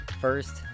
First